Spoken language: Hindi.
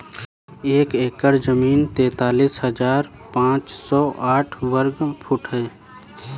एक एकड़ जमीन तैंतालीस हजार पांच सौ साठ वर्ग फुट है